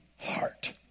heart